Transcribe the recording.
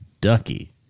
Ducky